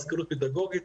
מזכירות פדגוגית,